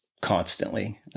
constantly